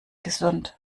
gesund